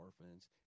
orphans